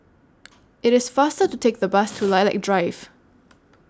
IT IS faster to Take The Bus to Lilac Drive